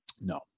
No